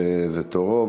זה תורו,